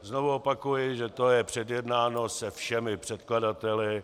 Znovu opakuji, že to je předjednáno se všemi předkladateli.